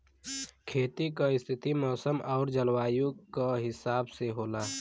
खेती क स्थिति मौसम आउर जलवायु क हिसाब से होला